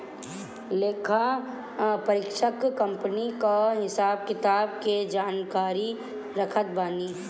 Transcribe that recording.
लेखापरीक्षक कंपनी कअ हिसाब किताब के जानकारी रखत बाने